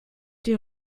die